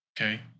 Okay